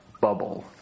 bubble